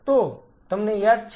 તો તમને યાદ છે